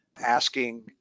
asking